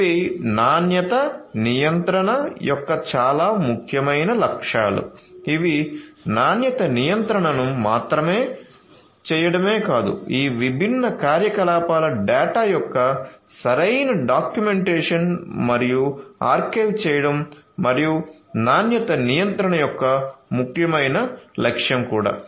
ఇవి నాణ్యత నియంత్రణ యొక్క చాలా ముఖ్యమైన లక్ష్యాలు ఇది నాణ్యత నియంత్రణను మాత్రమే చేయడమే కాదు ఈ విభిన్న కార్యకలాపాల డేటా యొక్క సరైన డాక్యుమెంటేషన్ మరియు ఆర్కైవ్ చేయడం మరియు నాణ్యత నియంత్రణ యొక్క ముఖ్యమైన లక్ష్యం కూడా